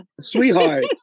Sweetheart